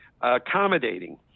accommodating